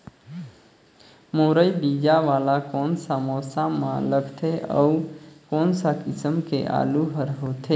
मुरई बीजा वाला कोन सा मौसम म लगथे अउ कोन सा किसम के आलू हर होथे?